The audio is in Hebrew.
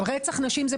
רצח נשים זה